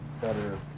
better